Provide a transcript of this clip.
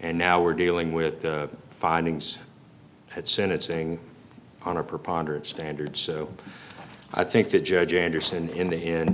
and now we're dealing with findings at senate saying on a preponderance standard so i think that judge anderson in the end